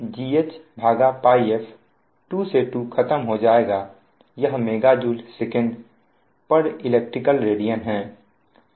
तो M GHΠf2 से 2 खत्म हो जाएगा यह MJ secelect radian है